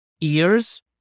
ears